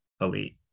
elite